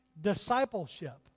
Discipleship